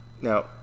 now